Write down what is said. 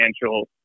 financial